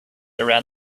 around